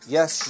Yes